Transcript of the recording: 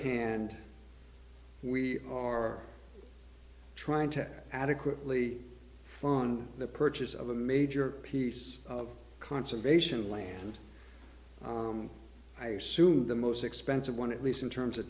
hand we are trying to adequately fund the purchase of a major piece of conservation land i assume the most expensive one at least in terms of